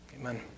Amen